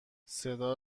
صدا